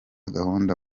gahunda